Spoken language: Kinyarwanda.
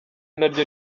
naryo